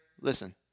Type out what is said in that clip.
listen